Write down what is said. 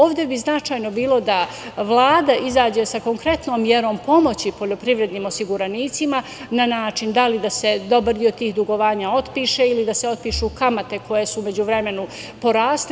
Ovde bi značajno bilo da Vlada izađe sa konkretnom merom pomoći poljoprivrednim osiguranicima, na način da li da se dobar deo tih dugovanja otpiše ili da se otpišu kamate koje su u međuvremenu porasle.